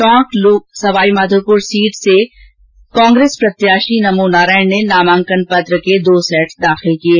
Tonk Sawai Madhopur seat से कांग्रेस प्रत्याषी नमोनाराण ने नामांकन के दो सैट दाखिल किये